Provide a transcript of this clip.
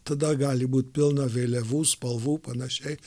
tada gali būt pilna vėliavų spalvų panašiai